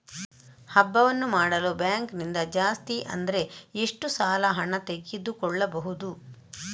ಹಬ್ಬವನ್ನು ಮಾಡಲು ಬ್ಯಾಂಕ್ ನಿಂದ ಜಾಸ್ತಿ ಅಂದ್ರೆ ಎಷ್ಟು ಸಾಲ ಹಣ ತೆಗೆದುಕೊಳ್ಳಬಹುದು?